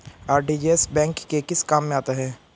RTGS bank के किस काम में आता है?